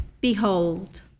Behold